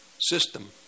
system